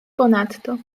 ponadto